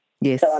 Yes